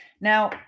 Now